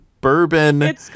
bourbon